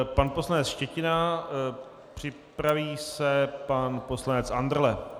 Pan poslanec Štětina, připraví se pan poslanec Andrle.